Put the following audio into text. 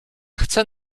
chce